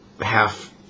half